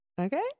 Okay